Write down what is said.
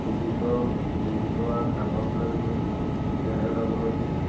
কোভিডৰ বেজি লোৱা কাগজ লাগিব তেতিয়াহে যাবলৈ দিয়ে